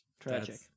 Tragic